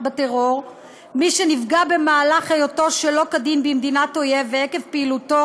בטרור ומי שנפגע במהלך שהייתו שלא כדין במדינת אויב ועקב פעילותו